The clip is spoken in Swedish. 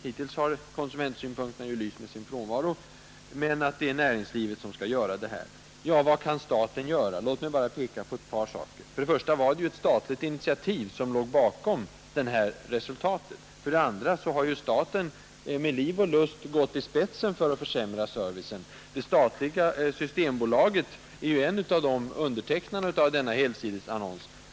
Hittills har konsumentsynpunkterna lyst med sin frånvaro. Men herr Lidbom hänvisar sedan till att det är näringslivet som skall lösa problemet. Vad kan då staten göra? Låt mig bara peka på ett par saker. För det första var det ett statligt initiativ som låg bakom åtgärden. För det andra har staten med liv och lust gått i spetsen för att försämra servicen. Det statliga Systembolaget var en av undertecknarna av helsidesannonsen.